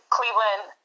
Cleveland